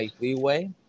leeway